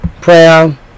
prayer